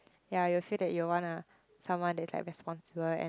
ya you feel that you wanna someone that is responsible and